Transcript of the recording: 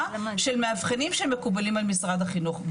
של מאבחנים שמקובלים על משרד החינוך,